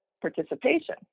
participation